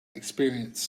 experience